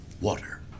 water